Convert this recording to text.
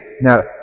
now